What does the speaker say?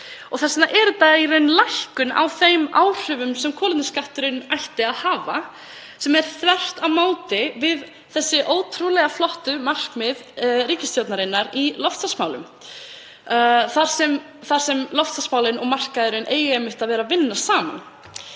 Þess vegna dregur þetta í rauninni úr þeim áhrifum sem kolefnisskatturinn ætti að hafa, sem er þvert á þessi ótrúlega flottu markmið ríkisstjórnarinnar í loftslagsmálum þar sem loftslagsmálin og markaðurinn eiga einmitt að vinna saman.